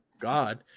god